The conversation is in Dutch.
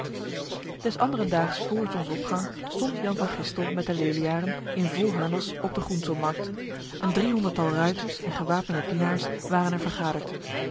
des anderendaags voor zonsopgang stond jan van gistel met de leliaren in vol harnas op de groenselmarkt een driehonderdtal ruiters en gewapende dienaars waren er vergaderd